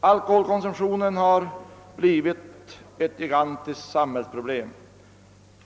Alkoholkonsumtionen har blivit ett gigantiskt samhällsproblem.